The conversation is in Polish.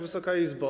Wysoka Izbo!